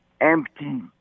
Empty